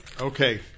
Okay